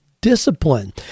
discipline